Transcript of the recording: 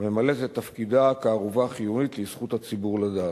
הממלאת את תפקידה כערובה חיונית לזכות הציבור לדעת.